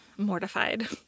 Mortified